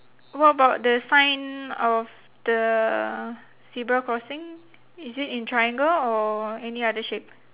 what about the sign of the zebra crossing is it in triangle or any other shape